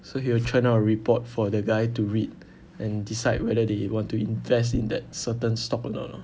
so he will churn out a report for the guy to read and decide whether they want to invest in that certain stock or not lor